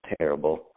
terrible